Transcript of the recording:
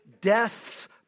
death's